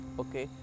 okay